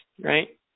right